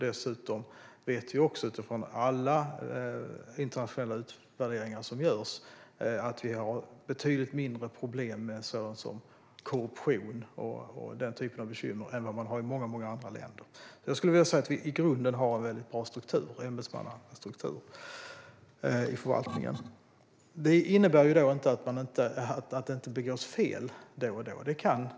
Dessutom vet vi utifrån alla internationella utvärderingar som görs att vi har betydligt mindre problem med korruption och den typen av bekymmer än vad man har i många andra länder. Jag skulle vilja säga att vi i grunden har en väldigt bra ämbetsmannastruktur i förvaltningen. Det innebär inte att det inte begås fel då och då.